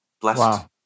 blessed